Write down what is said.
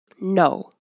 No